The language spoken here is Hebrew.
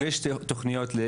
יש תוכניות.